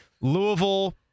Louisville